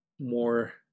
more